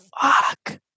Fuck